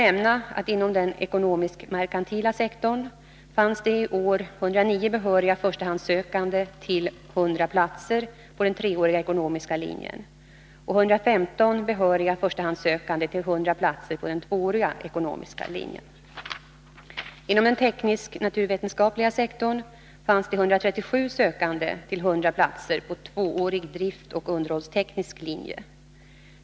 nämna att inom den ekonomisk-merkantila sektorn fanns det i år 109 behöriga förstahandssökande till 100 platser på den treåriga ekonomiska linjen och 115 behöriga förstahandssökande till 100 platser på den tvååriga ekonomiska linjen. Inom den teknisk-naturvetenskapliga sektorn fanns det 137 sökande till 100 platser på tvåårig driftoch underhållsteknisk linje.